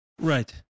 Right